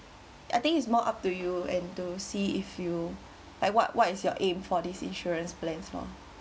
I think it's more up to you and to see if you like what what is your aim for these insurance plans lah